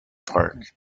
park